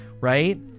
right